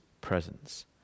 presence